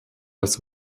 das